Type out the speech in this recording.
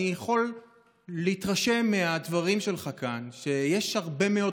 אני יכול להתרשם מהדברים שלך כאן שיש הרבה מאוד